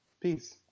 Peace